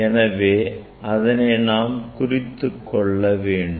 எனவே அதனை நாம் குறித்துக்கொள்ள வேண்டும்